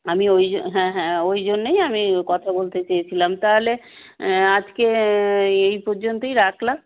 আমি ওই জ হ্যাঁ হ্যাঁ ওই জন্যই আমি কথা বলতে চেয়েছিলাম তাহলে আজকে এই পর্যন্তই রাখলাম